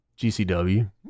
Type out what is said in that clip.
GCW